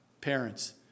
Parents